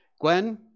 Gwen